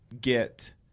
get